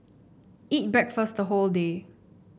eat breakfast the whole day